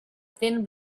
thin